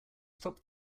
stop